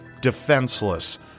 defenseless